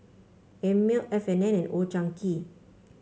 Einmilk F And N and Old Chang Kee